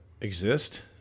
exist